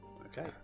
Okay